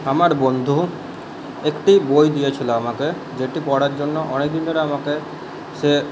আমার বন্ধু একটি বই দিয়েছিলো আমাকে যেটি পড়ার জন্য অনেকদিন ধরে আমাকে সে